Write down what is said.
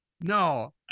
No